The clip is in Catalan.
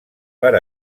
per